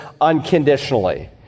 unconditionally